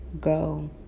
go